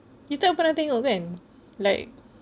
kita orang pernah tengok kan like